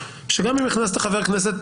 שגם אם הכנסת חבר כנסת